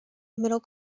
middle